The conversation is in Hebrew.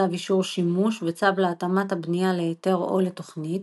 צו אישור שימוש וצו להתאמת הבנייה להיתר או לתוכנית.